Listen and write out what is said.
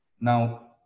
Now